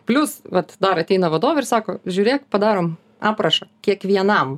plius vat dar ateina vadovė ir sako žiūrėk padarom aprašą kiekvienam